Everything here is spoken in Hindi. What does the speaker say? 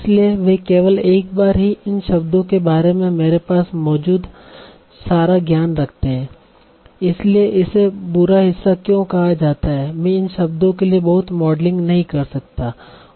इसलिए वे केवल एक बार ही इन शब्दों के बारे में मेरे पास मौजूद सारा ज्ञान रखते हैं इसीलिए इसे बुरा हिस्सा क्यों कहा जाता है मैं इन शब्दों के लिए बहुत मॉडलिंग नहीं कर सकता